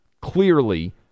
clearly